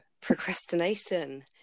procrastination